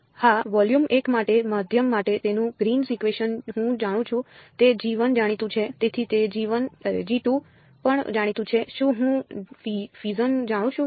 હા વોલ્યુમ 1 માટે માધ્યમ માટે તેનું ગ્રીન્સ ફંક્શન હું જાણું છું તે જાણીતું છે તેથી તે પણ જાણીતું છે શું હું ફીઝને જાણું છું